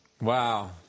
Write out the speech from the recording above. Wow